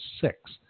Six